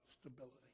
Stability